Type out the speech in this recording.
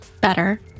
better